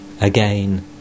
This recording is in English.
again